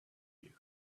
you